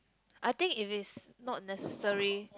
I think it is not necessary